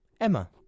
Emma